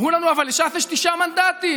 אמרו לנו: אבל לש"ס יש תשעה מנדטים.